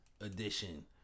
Edition